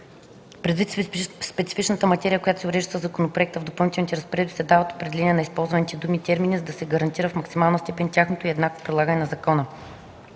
Предвид специфичната материя, която се урежда със законопроекта, в Допълнителните разпоредби се дават определения на използваните думи и термини, за да се гарантира в максимална степен точното и еднакво прилагане на закона.